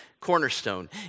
cornerstone